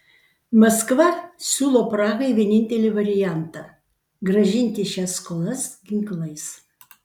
maskva siūlo prahai vienintelį variantą grąžinti šias skolas ginklais